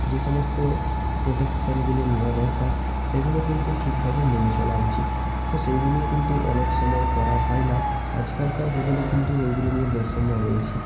যে সমস্ত প্রোটেকশানগুলো নেওয়া দরকার সেগুলো কিন্তু ঠিকভাবে মেনে চলা উচিত তো সেইগুলো কিন্তু অনেক সময় করা হয় না আজকালকার যুগলে কিন্তু ওইগুলো নিয়ে বৈষম্য রয়েছে